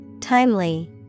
Timely